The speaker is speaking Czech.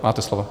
Máte slovo.